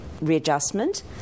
readjustment